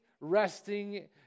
resting